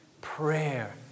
Prayer